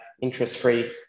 interest-free